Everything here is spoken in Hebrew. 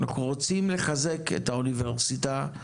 רוצים לחזק את האוניברסיטה,